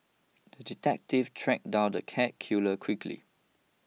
the detective tracked down the cat killer quickly